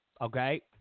Okay